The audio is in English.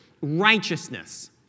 righteousness